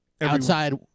outside